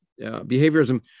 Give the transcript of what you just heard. behaviorism